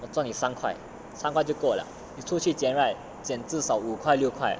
eh 我赚你三块三块就够 liao 出去剪 right 剪至少五块六块